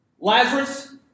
Lazarus